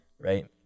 right